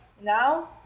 now